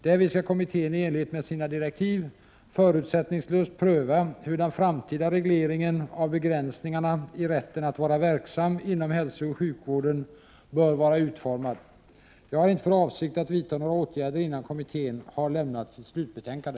Därvid skall kommittén i enlighet med sina direktiv förutsättningslöst pröva hur den framtida regleringen av begränsningarna i rätten att vara verksam inom hälsooch sjukvården bör vara utformad. Jag har inte för avsikt att vidta några åtgärder, innan kommmittén har lämnat sitt slutbetänkande.